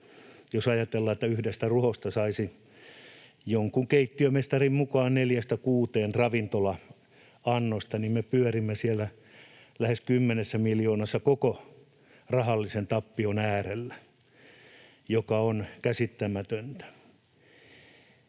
jos ajatellaan, että yhdestä ruhosta saisi jonkun keittiömestarin mukaan neljästä kuuteen ravintola-annosta, niin me pyörimme siellä lähes 10 miljoonassa koko rahallisen tappion äärellä, mikä on käsittämätöntä.